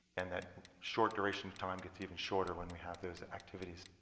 and that short duration of time gets even shorter when we have those activities